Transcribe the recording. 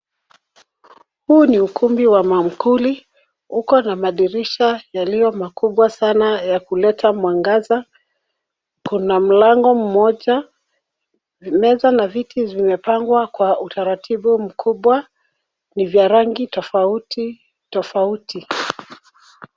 Huu ni ukumbi wa maamkuli, uko na madirisha yaliyo makubwa sana ya kuleta mwangaza. Kuna mlango mmoja. Meza na viti zimepangwa kwa utaratibu mkubwa, ni vya rangi tofauti tofauti.